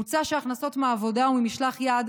מוצע שהכנסות מעבודה או ממשלח יד